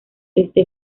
este